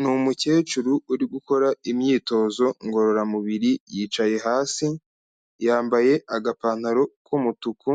Ni umukecuru uri gukora imyitozo ngororamubiri, yicaye hasi, yambaye agapantaro k'umutuku,